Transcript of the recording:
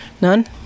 None